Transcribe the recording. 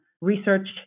research